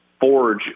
forge